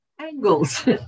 angles